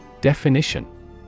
Definition